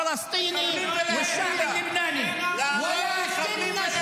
הפלסטיני ואת העם הלבנוני.) להרוג מחבלים ולהכניע.